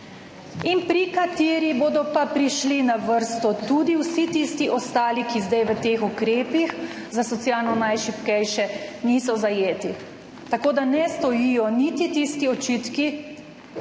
in pri kateri bodo prišli na vrsto tudi vsi tisti ostali, ki zdaj v teh ukrepih za socialno najšibkejše niso zajeti. Tako da ne stojijo niti tisti očitki